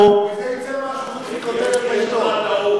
מזה יצא משהו, קרי כותרת בעיתון.